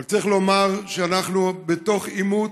אבל צריך לומר שאנחנו בתוך עימות,